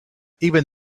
even